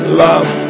love